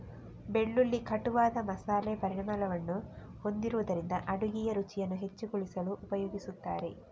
ಬೆಳ್ಳುಳ್ಳಿ ಕಟುವಾದ ಮಸಾಲೆ ಪರಿಮಳವನ್ನು ಹೊಂದಿರುವುದರಿಂದ ಅಡುಗೆಯ ರುಚಿಯನ್ನು ಹೆಚ್ಚುಗೊಳಿಸಲು ಉಪಯೋಗಿಸುತ್ತಾರೆ